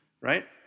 Right